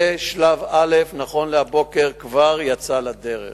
זה שלב א', שנכון להבוקר כבר יצא לדרך.